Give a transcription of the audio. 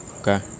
okay